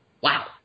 Wow